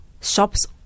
shops